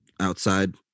outside